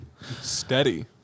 Steady